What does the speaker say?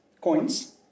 coins